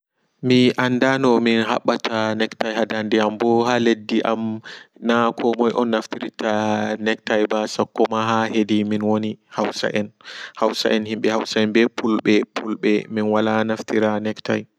Mi anda nomin haɓɓata nektay haa daande am ɓo haa leddi am na komoi on naftirtaa nektai ɓa sakkoma ha hedi min woni hausa en himɓe hausa en ɓe pulɓe pulɓe minwala naftira nektai